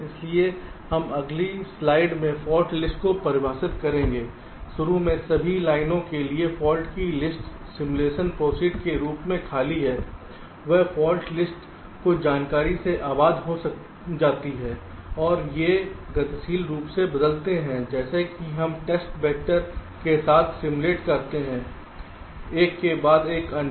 इसलिए हम अगली स्लाइड में फॉल्ट लिस्ट को परिभाषित करेंगे शुरू में सभी लाइनों के लिए फॉल्ट की लिस्ट सिमुलेशन प्रोसीड के रूप में खाली है यह फॉल्ट लिस्ट कुछ जानकारी से आबाद हो जाती है और वे गतिशील रूप से बदलते हैं जैसा कि हम टेस्ट वैक्टर के साथ सिम्युलेट करते हैं एक के बाद एक अन्य